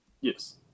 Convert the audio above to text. Yes